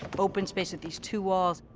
open space at these two walls.